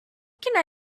can